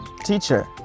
teacher